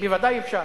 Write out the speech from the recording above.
בוודאי אפשר.